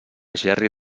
gerri